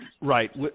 Right